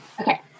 Okay